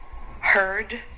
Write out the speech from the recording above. heard